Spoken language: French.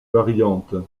variantes